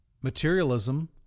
materialism